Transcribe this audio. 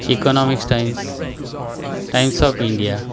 economic times times of India